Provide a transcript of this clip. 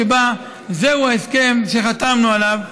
שבה זהו ההסכם שחתמנו עליו,